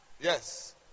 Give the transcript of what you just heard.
Yes